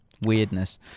weirdness